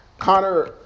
Connor